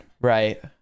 right